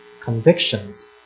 convictions